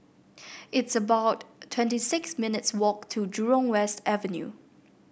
it's about twenty six minutes' walk to Jurong West Avenue